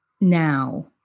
now